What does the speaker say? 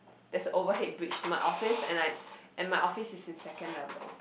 there's a overhead bridge at my office and I and my office is in second level